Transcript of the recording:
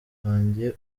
wanjye